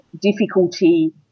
difficulty